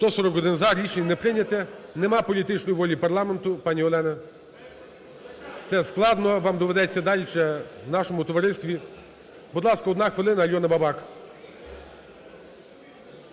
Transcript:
За-141 Рішення не прийнято. Нема політичної волі парламенту, пані Альона, це складно, вам доведеться далі ще в нашому товаристві. Будь ласка, одна хвилина. Альона Бабак.